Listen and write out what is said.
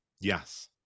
Yes